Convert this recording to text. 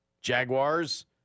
Jaguars